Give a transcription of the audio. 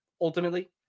ultimately